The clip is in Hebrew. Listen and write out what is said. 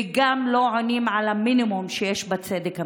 שגם לא עונים על המינימום שיש בצדק המשפטי.